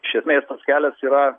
iš esmės tas kelias yra